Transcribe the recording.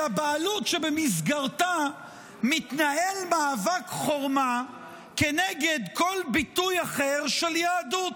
אלא בעלות שבמסגרתה מתנהל מאבק חורמה נגד כל ביטוי אחר של יהדות.